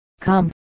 come